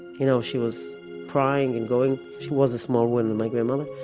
you know she was crying and going. she was a small woman, my grandmother.